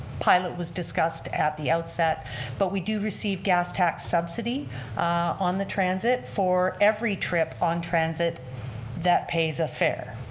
pilot was discussed at the outset but we do receive gas tax subsidy on the transit for every trip on transit that pays a fare.